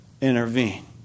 intervene